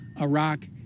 Iraq